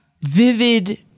vivid